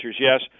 yes